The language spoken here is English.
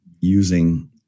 using